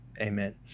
amen